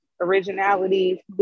originality